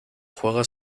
juega